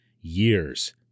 years